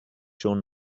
schon